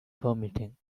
permitting